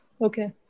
Okay